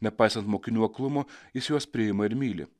nepaisant mokinių aklumo jis juos priima ir myli